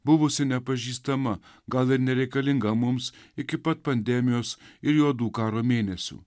buvusi nepažįstama gal ir nereikalinga mums iki pat pandemijos ir juodų karo mėnesių